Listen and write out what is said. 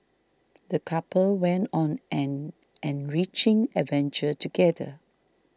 the couple went on an enriching adventure together